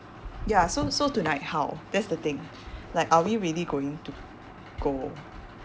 ya so so tonight how that's the thing like are we really going to go